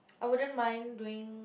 I wouldn't mind doing